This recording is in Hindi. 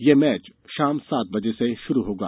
यह मैच शाम सात बजे शुरू होगा